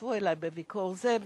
הצטרפו אלי בביקור זה,